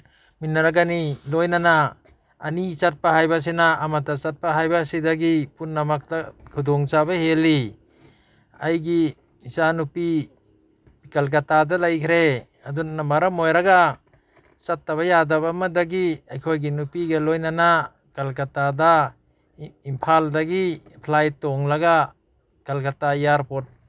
ꯃꯤꯟꯅꯔꯒꯅꯤ ꯂꯣꯏꯅꯅ ꯑꯅꯤ ꯆꯠꯄ ꯍꯥꯏꯕꯁꯤꯅ ꯑꯃꯠꯇ ꯆꯠꯄ ꯍꯥꯏꯕ ꯑꯁꯤꯗꯒꯤ ꯄꯨꯝꯅꯃꯛꯇ ꯈꯨꯗꯣꯡꯆꯥꯕ ꯍꯦꯜꯂꯤ ꯑꯩꯒꯤ ꯏꯆꯥꯅꯨꯄꯤ ꯀꯜꯀꯇꯥꯗ ꯂꯩꯈ꯭ꯔꯦ ꯑꯗꯨꯅ ꯃꯔꯝ ꯑꯣꯏꯔꯒ ꯆꯠꯇꯕ ꯌꯥꯗꯕ ꯑꯃꯗꯒꯤ ꯑꯩꯈꯣꯏꯒꯤ ꯅꯨꯄꯤꯒ ꯂꯣꯏꯅꯅ ꯀꯜꯀꯇꯥꯗ ꯏꯝꯐꯥꯜꯗꯒꯤ ꯐ꯭ꯂꯥꯏꯠ ꯇꯣꯡꯂꯒ ꯀꯜꯀꯇꯥ ꯏꯌꯥꯔꯄꯣꯔꯠ